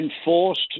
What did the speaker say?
enforced